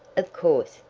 of course,